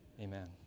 Amen